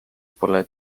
pole